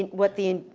what the in,